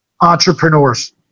entrepreneurs